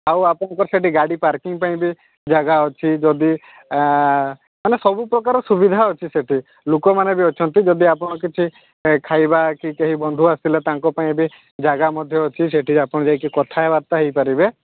ଆଉ ଆପଣଙ୍କର ସେଠି ଗାଡି ପାର୍କିଂ ପାଇଁ ବି ଜାଗା ଅଛି ଯଦି ମାନେ ସବୁ ପ୍ରକାର ସୁବିଧା ଅଛି ସେଠି ଲୋକମାନେ ବି ଅଛନ୍ତି ଯଦି ଆପଣ କିଛି ଖାଇବା କି କେହି ବନ୍ଧୁ ଆସିଲେ ତାଙ୍କ ପାଇଁ ବି ଜାଗା ମଧ୍ୟ ଅଛି ସେଠି ଆପଣ ଯାଇକି କଥାବାର୍ତ୍ତା ହୋଇପାରିବେ